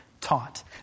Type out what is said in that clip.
taught